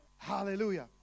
Hallelujah